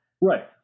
Right